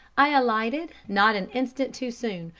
i alighted not an instant too soon,